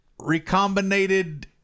Recombinated